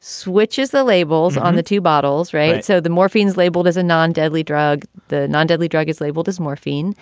switches the labels on the two bottles. right. so the morphine is labeled as a non deadly drug. the non deadly drug is labeled as morphine.